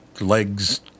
legs